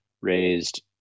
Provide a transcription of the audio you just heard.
raised